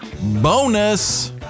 bonus